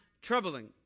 troubling